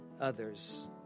others